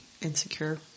insecure